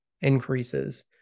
increases